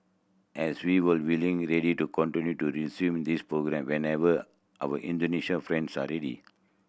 as we were willing ready to continue to resume this programme whenever our Indonesian friends are ready